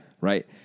Right